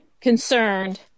concerned